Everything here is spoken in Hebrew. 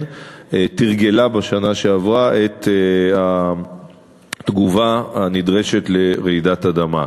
תרגלה בשנה שעברה את התגובה הנדרשת לרעידת אדמה.